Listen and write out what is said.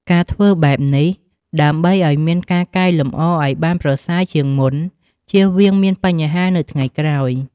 ការធ្វើបែបនេះ ដើម្បីអោយមានការកែលម្អអោយបានប្រសើរជាងមុនជៀសវៀងមានបញ្ហានៅថ្ងៃក្រោយ។